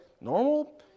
normal